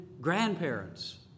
grandparents